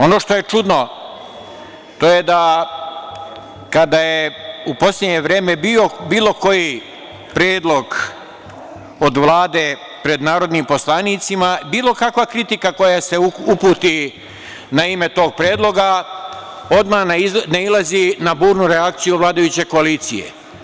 Ono što je čudno, to je da kada je u poslednje vreme bilo koji predlog od Vlade pred narodnim poslanicima, bilo kakva kritika koja se uputi na ime tog predloga odmah nailazi na burnu reakciju vladajuće koalicije.